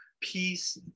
peace